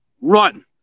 Run